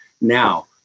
Now